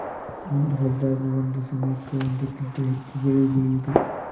ಒಂದ ಹೊಲದಾಗ ಒಂದ ಸಮಯಕ್ಕ ಒಂದಕ್ಕಿಂತ ಹೆಚ್ಚ ಬೆಳಿ ಬೆಳಿಯುದು